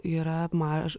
yra maž